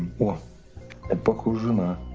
was ah but oksana,